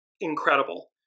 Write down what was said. incredible